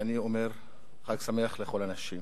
ואני אומר "חג שמח" לכל הנשים.